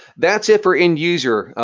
that's it for end users.